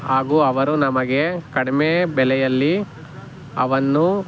ಹಾಗೂ ಅವರು ನಮಗೆ ಕಡಿಮೆ ಬೆಲೆಯಲ್ಲಿ ಅವುನ್ನು